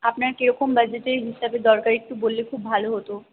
আপনার কীরকম বাজেটের হিসাবে দরকার একটু বললে খুব ভালো হতো